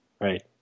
Right